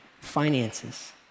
finances